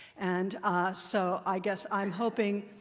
and so i guess i'm hoping